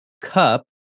cup